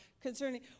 concerning